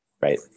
Right